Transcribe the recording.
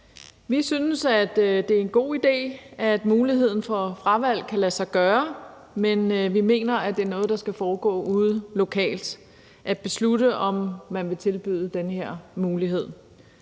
Vi synes, at det er en god idé, at muligheden for fravalg kan lade sig gøre, men vi mener, at det at beslutte, om man vil tilbyde den her mulighed,